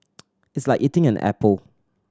it's like eating an apple